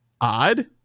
odd